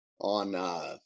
on